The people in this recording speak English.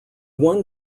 won